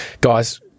guys